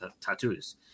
tattoos